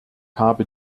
habe